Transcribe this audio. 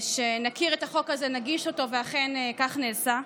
שנכיר את החוק הזה, נגיש אותו, ואכן כך נעשה.